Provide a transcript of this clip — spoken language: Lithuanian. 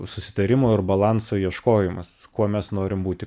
susitarimo ir balanso ieškojimas kuo mes norim būti